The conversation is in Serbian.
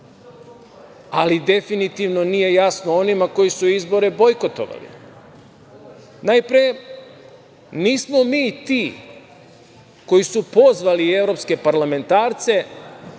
ali definitivno nije jasno onima koji su izbore bojkotovali. Najpre, nismo mi ti koji su pozvali evropske parlamentarce